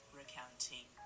recounting